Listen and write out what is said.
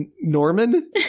Norman